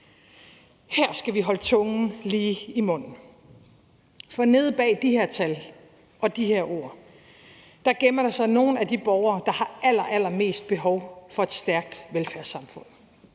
Her skal vi holde tungen lige i munden, for nede bag de her tal og de her ord gemmer der sig nogle af de borgere, der har allerallermest behov for et stærkt velfærdssamfund: